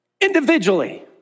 individually